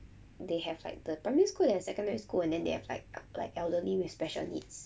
they have like the primary school and secondary school and then they have like like elderly with special needs